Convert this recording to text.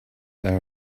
hour